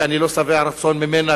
שאני לא שבע רצון ממנה,